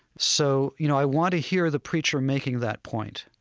so, you know, i want to hear the preacher making that point.